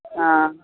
हँ